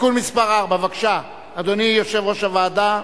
תיקון מס' 4. בבקשה, אדוני יושב-ראש הוועדה.